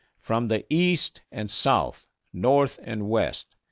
from the east and south, north and west,